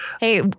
Hey